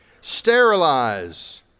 Sterilize